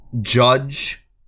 Judge